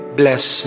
bless